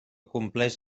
compleix